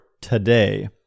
today